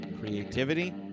creativity